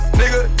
nigga